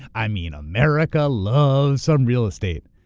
i mean america loves some real estate.